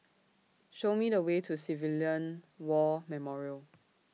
Show Me The Way to Civilian War Memorial